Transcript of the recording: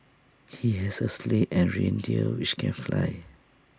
he has A sleigh and reindeer which can fly